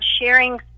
sharing